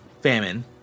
famine